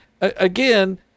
again